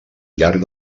llarg